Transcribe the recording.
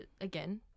again